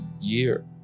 year